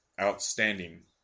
Outstanding